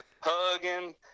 hugging